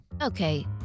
Okay